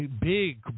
big